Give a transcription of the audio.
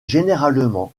généralement